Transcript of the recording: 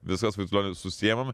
viskas vaitolioni susiimam